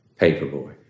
Paperboy